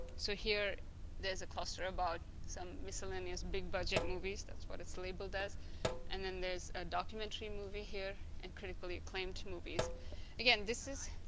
so here there's a cluster about some miscellaneous big-budget movies that's what its labeled as and then there's a documentary movie here and critically acclaimed movies again this is.